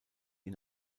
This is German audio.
ihn